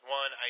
one